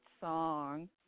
song